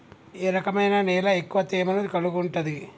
ఏ రకమైన నేల ఎక్కువ తేమను కలిగుంటది?